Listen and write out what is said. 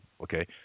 okay